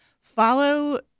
Follow